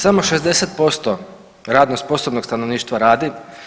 Samo 60% radno sposobnog stanovništva radi.